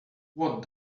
what